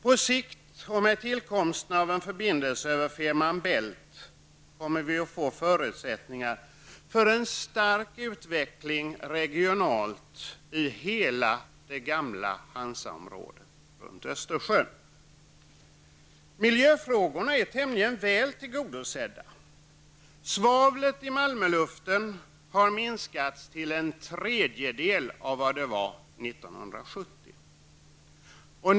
På sikt, och med tillkomsten av en förbindelse över Femer Bælt, kommer det att bli förutsättningar för en stark utveckling regionalt i hela det gamla Hansaområdet runt Östersjön. Miljöfrågorna är tämligen väl tillgodosedda. Svavlet i Malmöluften har minskats till en tredjedel av vad det var 1970.